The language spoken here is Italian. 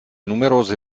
numerose